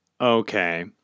Okay